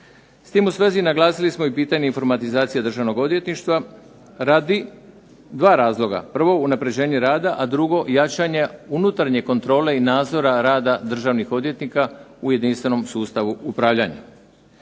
S tim u svezi naglasili smo i pitanje informatizacije Državnog odvjetništva radi dva razloga. Prvo unapređenje rada, a drugo jačanje unutarnje kontrole i nadzora rada državnih odvjetnika u jedinstvenom sustavu upravljanja.